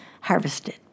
harvested